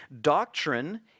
Doctrine